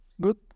Good